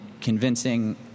convincing